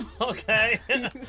Okay